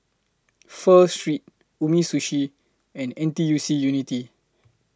Pho Street Umisushi and N T U C Unity